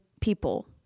people